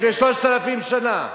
לפני 3,000 שנה.